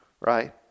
Right